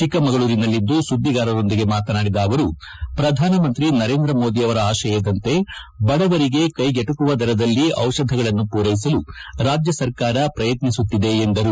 ಚಿಕ್ಕಮಗಳೂರಿನಲ್ಲಿಂದು ಸುದ್ದಿಗಾರರೊಂದಿಗೆ ಮಾತನಾಡಿದ ಅವರು ಪ್ರಧಾನಿ ನರೇಂದ್ರ ಮೋದಿ ಅವರ ಆಶಯದಂತೆ ಬಡವರಿಗೆ ಕೈಗೆಟುಕುವ ದರದಲ್ಲಿ ದಿಷಧಿಗಳನ್ನು ಪೂರೈಸಲು ರಾಜ್ಯ ಸರ್ಕಾರ ಪ್ರಯತ್ನಿಸುತ್ತಿದೆ ಎಂದರು